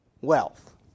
wealth